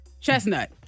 Chestnut